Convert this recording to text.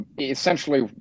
essentially